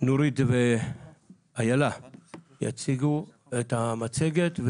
שנורית ואיילה יציגו את המצגת.